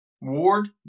Ward